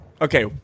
Okay